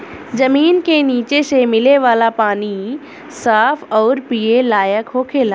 जमीन के निचे से मिले वाला पानी साफ अउरी पिए लायक होखेला